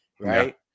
right